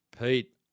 Pete